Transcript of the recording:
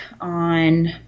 on